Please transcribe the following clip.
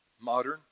modern